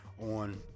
on